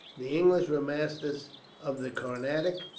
the english were masters of the carnatic.